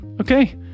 Okay